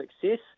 success